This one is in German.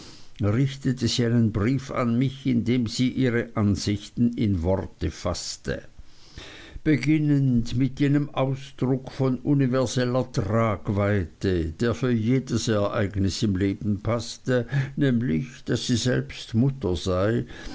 richtete sie einen brief an mich in dem sie ihre ansichten in worte faßte beginnend mit jenem ausdruck von universeller tragweite der für jedes ereignis im leben paßte nämlich daß sie selbst mutter sei